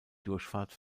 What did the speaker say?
durchfahrt